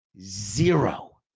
Zero